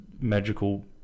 magical